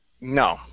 no